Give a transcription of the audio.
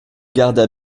garda